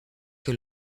que